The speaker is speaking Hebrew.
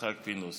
יצחק פינדרוס.